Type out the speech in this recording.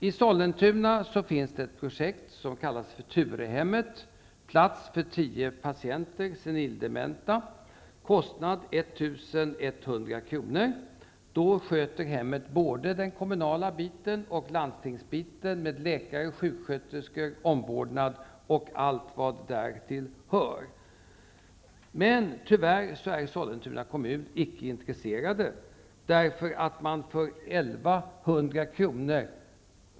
I Sollentuna finns det ett projekt som kallas Turehemmet, med plats för tio senildementa patienter, och kostnaden är 1 100 kr. Hemmet sköter både den kommunala biten och landstingsbiten med läkare, sjuksköterskor, omvårdnad och allt vad därtill hör. Tyvärr är Sollentuna kommun icke intresserad, därför att man för 1 100 kr.